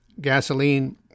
gasoline